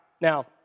now